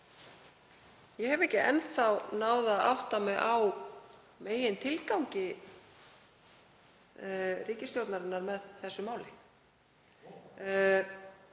Ég hef ekki enn þá náð að átta mig á megintilgangi ríkisstjórnarinnar með þessu máli.